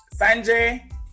sanjay